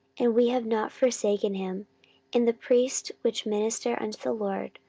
and we have not forsaken him and the priests, which minister unto the lord,